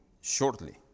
Shortly